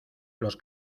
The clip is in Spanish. los